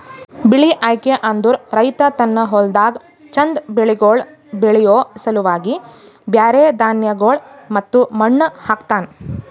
ಬೆಳಿ ಆಯ್ಕೆ ಅಂದುರ್ ರೈತ ತನ್ನ ಹೊಲ್ದಾಗ್ ಚಂದ್ ಬೆಳಿಗೊಳ್ ಬೆಳಿಯೋ ಸಲುವಾಗಿ ಬ್ಯಾರೆ ಧಾನ್ಯಗೊಳ್ ಮತ್ತ ಮಣ್ಣ ಹಾಕ್ತನ್